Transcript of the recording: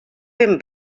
ben